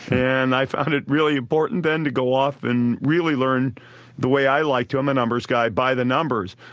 and i found it really important then to go off and really learn the way i like to i'm a numbers guy by the numbers.